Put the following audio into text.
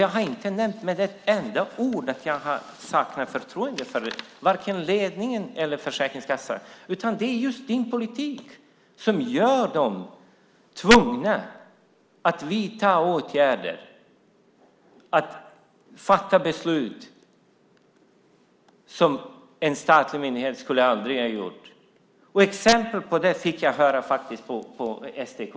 Jag har inte med ett enda ord nämnt att jag saknar förtroende för ledningen eller Försäkringskassan, utan det är just ministerns politik som gör dem tvungna att vidta åtgärder och fatta beslut som en statlig myndighet aldrig skulle behöva göra. Ett exempel på det fick jag höra på ST-kongressen.